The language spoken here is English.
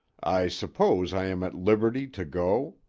i suppose i am at liberty to go?